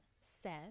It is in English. Seth